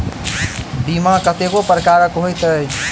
बीमा कतेको प्रकारक होइत अछि